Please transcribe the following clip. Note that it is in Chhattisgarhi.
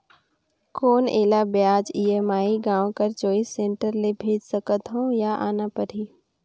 कौन एला ब्याज ई.एम.आई गांव कर चॉइस सेंटर ले भेज सकथव या आना परही?